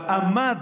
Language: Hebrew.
עמד,